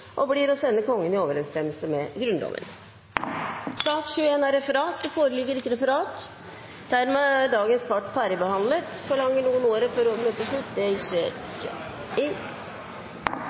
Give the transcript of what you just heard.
og blir å sende Kongen i overensstemmelse med Grunnloven. Det foreligger ikke noe referat. Dermed er dagens kart ferdigbehandlet. Forlanger noen ordet før møtet heves? – Det